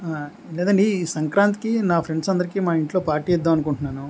లేదండి ఈ సంక్రాంతి నా ఫ్రెండ్స్ అందరికీ మా ఇంట్లో పార్టీ ఇద్దామని అనుకుంటున్నాను